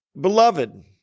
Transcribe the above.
beloved